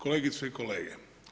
Kolegice i kolege.